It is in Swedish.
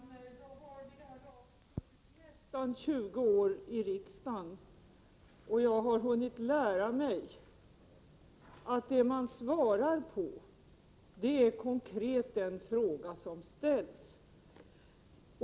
Herr talman! Jag har vid det här laget suttit nästan 20 år i riksdagen, och jag har hunnit lära mig att det man svarar på är konkret den fråga som ställs.